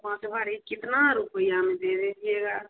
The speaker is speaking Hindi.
पाँच भरी कितना रुपया में दे दीजिएगा